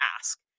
ask